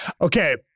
Okay